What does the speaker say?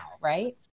right